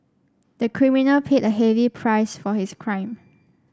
the criminal paid a heavy price for his crime